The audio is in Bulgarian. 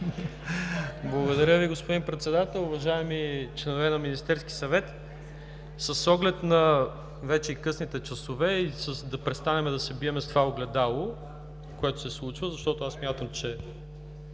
Благодаря Ви, господин Председател. Уважаеми членове на Министерския съвет! С оглед на вече късните часове, и да престанем да се бием с това огледало, което се случва, защото смятам, че